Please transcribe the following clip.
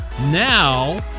now